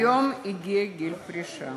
והיום הגיעו לגיל פרישה